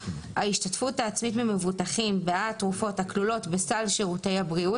ההשתתפות העצמית ממבוטחים בעד התרופות הכלולות בסל שירותי הבריאות